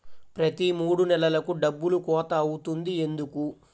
ప్రతి మూడు నెలలకు డబ్బులు కోత అవుతుంది ఎందుకు?